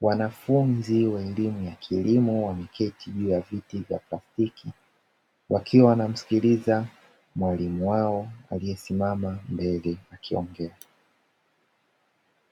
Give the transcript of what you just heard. wanafunzi wa elimu ya kilimo wameketi juu ya viti vya plastiki, wakiwa wanamsikiliza mwalimu wao aliyesimama mbele ya akiongea.